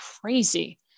crazy